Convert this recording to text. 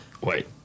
Wait